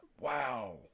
wow